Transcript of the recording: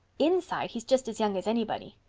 inside he's just as young as anybody.